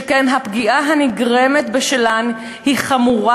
שכן הפגיעה הנגרמת בשלהן היא חמורה